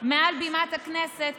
מעל בימת הכנסת,